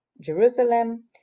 Jerusalem